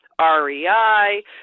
REI